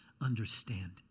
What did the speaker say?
understand